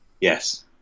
Yes